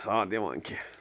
ساتھ دِوان کیٚنٛہہ